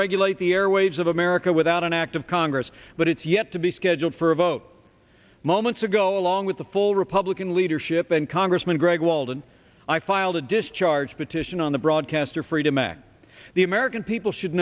regulate the airwaves of america without an act of congress but it's yet to be scheduled for a vote moments ago along with the full republican leadership in congressman greg walden i filed a discharge petition on the broadcaster freedom act the american people should